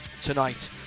tonight